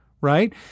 right